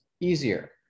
easier